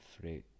fruit